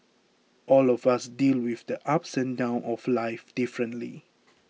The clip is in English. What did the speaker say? all of us deal with the ups and downs of life differently